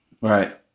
Right